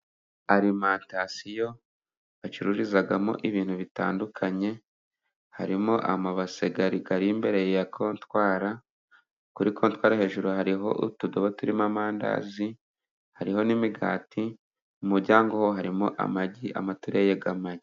Alimantasiyo bacururizamo ibintu bitandukanye ,harimo amabase ari imbere ya kontwari ,kuri kontwari hejuru hariho utudobo turimo amandazi, hariho n'imigati ,mu muryango ho harimo amagi, amatireye y'amagi.